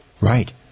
Right